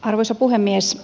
arvoisa puhemies